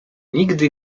nigdy